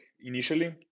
initially